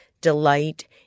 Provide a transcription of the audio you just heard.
delight